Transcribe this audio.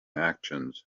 actions